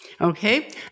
Okay